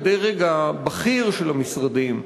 בדרג הבכיר של המשרדים,